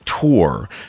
tour